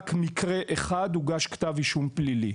רק מקרה אחד הוגש כתב אישום פלילי.